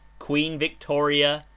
queen victoria,